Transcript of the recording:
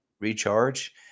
recharge